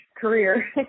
career